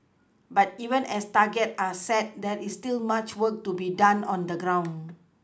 but even as targets are set there is still much work to be done on the ground